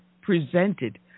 presented